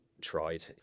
tried